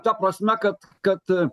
ta prasme kad kad